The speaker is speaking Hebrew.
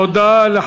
תודה רבה.